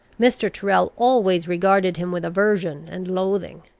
mr. tyrrel always regarded him with aversion and loathing.